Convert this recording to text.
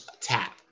tap